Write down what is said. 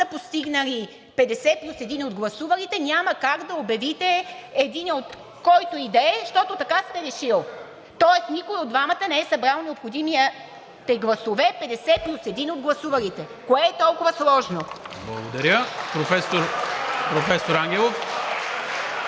постигнали 50 плюс 1 от гласувалите, няма как да обявите единия – който и да е, защото така сте решили! Тоест никой от двамата не е събрал необходимите гласове – 50 плюс 1 от гласувалите. Кое е толкова сложно? (Ръкопляскания от